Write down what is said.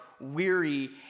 weary